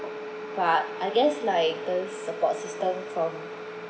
but I guess like the support system from